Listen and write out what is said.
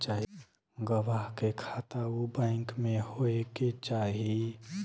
गवाह के खाता उ बैंक में होए के चाही